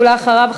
ואחריו,